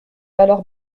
alors